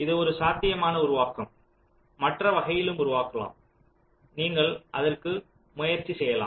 இது ஒரு சாத்தியமான உருவாக்கம் மற்ற வகையிலும் உருவாகலாம் நீங்கள் அதற்கு முயற்சி செய்யலாம்